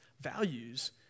values